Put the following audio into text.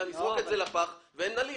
בוא נסרב לכתחילה ונזרוק את זה לפח ואין הליך.